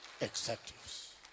executives